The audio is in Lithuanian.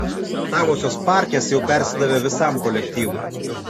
tavosios parkės jau persidavė visam kolektyvui